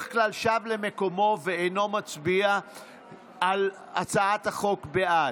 כלל שב למקומו ואינו מצביע על הצעת החוק בעד,